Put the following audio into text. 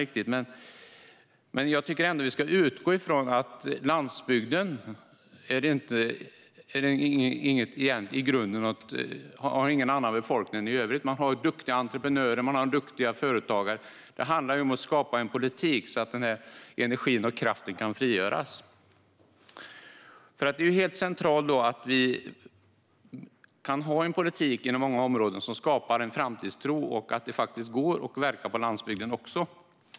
Men jag tycker att vi ska utgå från att landsbygden inte har någon annan befolkning än landet i övrigt. Landsbygden har duktiga entreprenörer och företagare. Det handlar om att skapa politik så att den energin och kraften kan frigöras. Det är helt centralt inom många områden att vi har en politik som skapar framtidstro och tro på att det går att verka också på landsbygden.